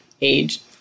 age